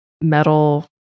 metal